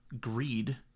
greed